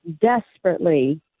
desperately